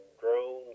drones